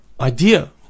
idea